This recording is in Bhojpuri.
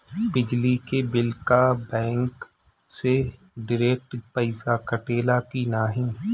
बिजली के बिल का बैंक से डिरेक्ट पइसा कटेला की नाहीं?